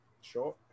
Sure